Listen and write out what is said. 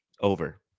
over